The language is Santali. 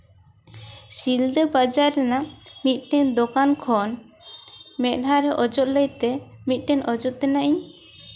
ᱥᱤᱞᱫᱟᱹ ᱵᱟᱡᱟᱨ ᱨᱮᱱᱟᱜ ᱢᱤᱫᱴᱟᱱ ᱫᱚᱠᱟᱱ ᱠᱷᱚᱱ ᱢᱮᱫᱦᱟᱨᱮ ᱚᱡᱚᱜ ᱞᱟᱹᱭᱛᱮ ᱢᱤᱫᱴᱮᱱ ᱚᱡᱚᱜ ᱛᱮᱱᱟᱜ ᱤᱧ